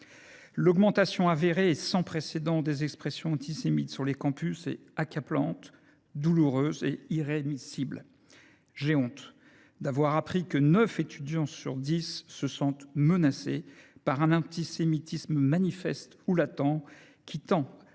L’augmentation avérée et sans précédent des expressions antisémites sur les campus est accablante, douloureuse et irrémissible. J’ai honte d’avoir appris que neuf étudiants juifs sur dix se sentent menacés par un antisémitisme manifeste ou latent, qui tend à